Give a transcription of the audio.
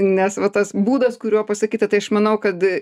nes va tas būdas kuriuo pasakyta tai aš manau kad